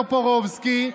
טופורובסקי,